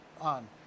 on